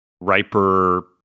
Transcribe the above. riper